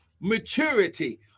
maturity